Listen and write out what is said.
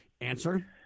Answer